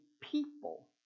people